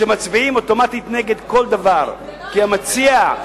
שמצביעים אוטומטית נגד כל דבר כי המציע,